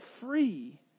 free